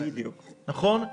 נכון?